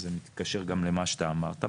וזה מתקשר גם למה שאתה אמרת,